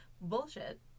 bullshit